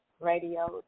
radios